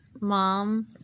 mom